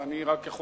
ואני רק יכול